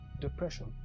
depression